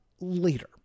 later